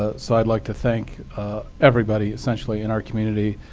ah so i'd like to thank everybody essentially in our community,